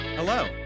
Hello